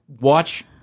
watch